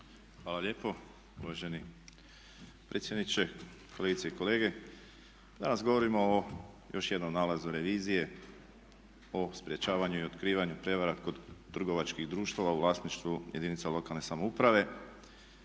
Hvala lijepo uvaženi predsjedniče, kolegice i kolege. Danas govorimo o još jednom nalazu revizije o sprječavanju i otkrivanju prijevara kod trgovačkih društava u vlasništvu jedinica lokalne samouprave